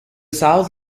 south